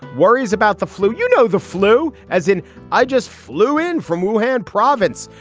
worries about the flute. you know, the flu as in i just flew in from mohan province.